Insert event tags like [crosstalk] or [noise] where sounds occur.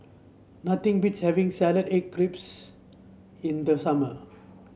nothing beats having [unintelligible] egg grips in the summer